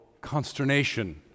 consternation